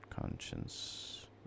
conscience